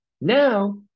Now